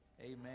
Amen